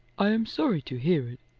i am sorry to hear it.